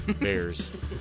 Bears